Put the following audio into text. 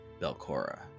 Belcora